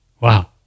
Wow